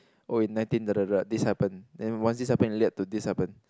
oh in nineteen this happen then once this happen it lead up to this happen